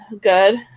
good